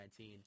2019